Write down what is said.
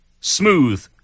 smooth